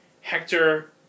Hector